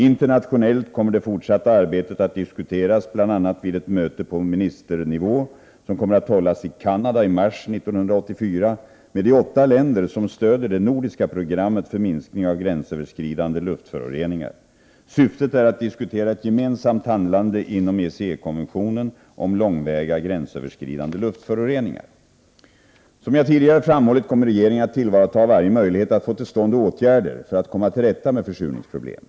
Internationellt kommer det fortsatta arbetet att diskuteras bl.a. vid ett möte på ministernivå som kommer att hållas i Canada i mars 1984 med de åtta länder som stöder det nordiska programmet för minskning av gränsöverskridande luftföroreningar. Syftet är att diskutera ett gemensamt handlande inom ECE-konventionen om långväga gränsöverskridande luftföroreningar. Som jag tidigare framhållit kommer regeringen att tillvarata varje möjlighet att få till stånd åtgärder för att komma till rätta med försurningsproblemen.